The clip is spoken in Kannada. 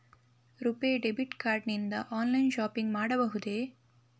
ರುಪೇ ಡೆಬಿಟ್ ಕಾರ್ಡ್ ನಿಂದ ಆನ್ಲೈನ್ ಶಾಪಿಂಗ್ ಮಾಡಬಹುದೇ?